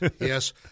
yes